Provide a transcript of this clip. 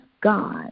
god